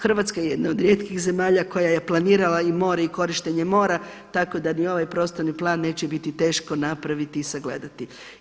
Hrvatska je jedna od rijetkih zemalja koja je planirala i more i korištenja mora tako da ni ovaj prostorni plan neće biti teško napraviti i sagledati.